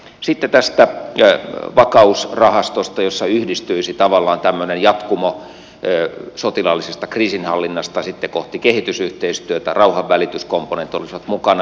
sitten tästä vakausrahastosta jossa yhdistyisi tavallaan tämmöinen jatkumo sotilaallisesta kriisinhallinnasta sitten kohti kehitysyhteistyötä rauhanvälityskomponentit olisivat mukana